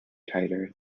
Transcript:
tighter